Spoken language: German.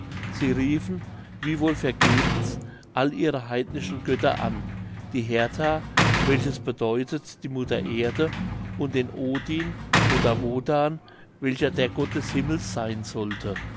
sie riefen wiewohl vergebens alle ihre heidnischen götter an die hertha welches bedeutet die mutter erde und den odin oder wodan welcher der gott des himmels sein sollte